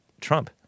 Trump